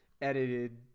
edited